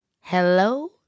Hello